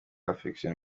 infection